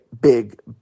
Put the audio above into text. big